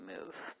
move